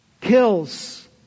kills